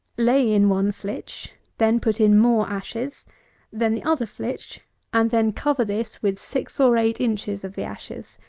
lay in one flitch then put in more ashes then the other flitch and then cover this with six or eight inches of the ashes.